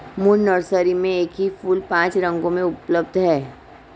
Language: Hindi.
मून नर्सरी में एक ही फूल पांच रंगों में उपलब्ध है